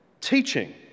teaching